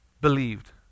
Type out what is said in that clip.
believed